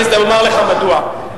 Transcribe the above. אני אומר לך מדוע.